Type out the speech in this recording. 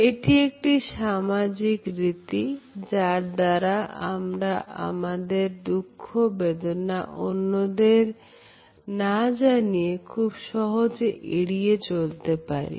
এটি একটি সামাজিক রীতি যার দ্বারা আমরা আমাদের দুঃখ বেদনা অন্যদের না জানিয়ে খুব সহজে এড়িয়ে চলতে পারি